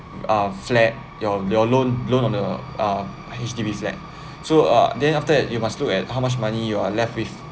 uh flat your your loan loan on the uh H_S_B_C like so uh then after that you must look at how much money you are left with